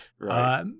Right